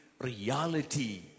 reality